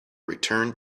return